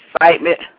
excitement